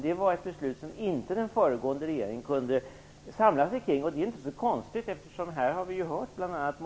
Det var ett beslut som den föregående regeringen inte kunde samla sig kring. Det är inte så konstigt. Här har vi hört att bl.a.